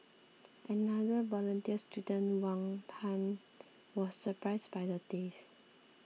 another volunteer student Wang Pan was surprised by the taste